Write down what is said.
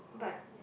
but